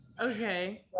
Okay